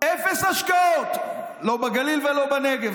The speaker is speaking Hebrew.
אפס השקעות, לא בגליל ולא בנגב.